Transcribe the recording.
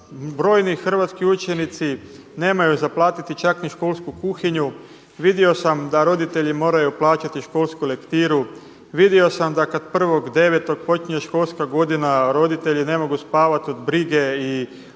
brojni hrvatski učenici nemaju za platiti čak ni školsku kuhinju, vidio sam da roditelji moraju plaćati školsku lektiru, vidio sam da kada 1.9. počinje školska godina, a roditelji ne mogu spavati od brige i dovijanja